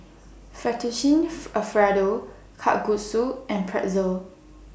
Fettuccine Alfredo Kalguksu and Pretzel